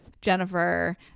Jennifer